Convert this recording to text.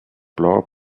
blauer